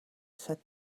said